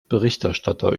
berichterstatter